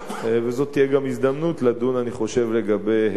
וזו תהיה גם הזדמנות לדון, אני חושב, לגבי העתיד.